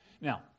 Now